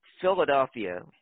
Philadelphia